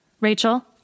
Rachel